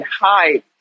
hide